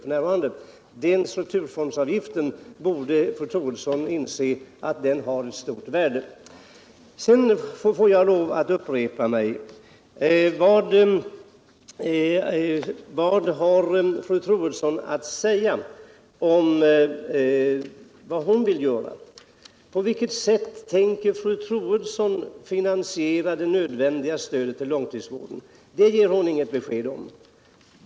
Fru Troedsson borde alltså inse att den har ett stort värde. Sedan får jag lov att upprepa mig: Vad vill egentligen fru Troedsson göra, på vilket sätt tänker hon finansiera det nödvändiga stödet till långtidsvården? Det ger hon inget besked om.